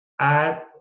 add